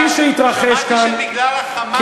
שמעתי שבגלל ה"חמאס" יש האטה במשק.